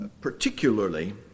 Particularly